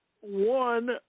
One